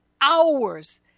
hours